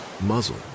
muzzle